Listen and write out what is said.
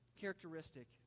characteristic